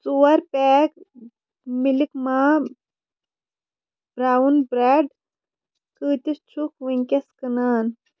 ژور pack Malcolm brown bread کۭتِس چھُکھ وٕنۍکؠس کٕنان